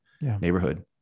neighborhood